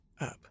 up